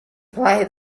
play